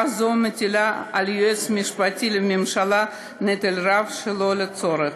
הוראה זו מטילה על היועץ המשפטי לממשלה נטל רב שלא לצורך.